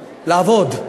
לעבוד,